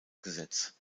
gesetz